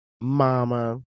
mama